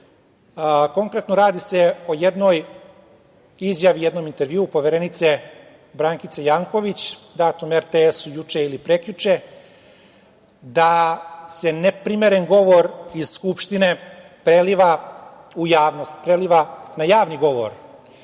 Konkretno, radi se o jednoj izjavi, jednom intervjuu poverenice Brankice Janković, datu RTS-u juče ili prekjuče, da se neprimeren govor iz Skupštine preliva u javnost, preliva na javni govor. Ja